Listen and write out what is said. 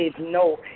no